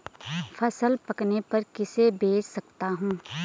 फसल पकने पर किसे बेच सकता हूँ?